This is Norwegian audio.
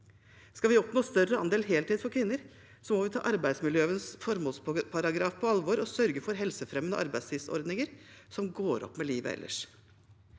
Skal vi oppnå større andel heltid for kvinner, må vi ta arbeidsmiljølovens formålsparagraf på alvor og sørge for helsefremmende arbeidstidsordninger som går opp med livet ellers.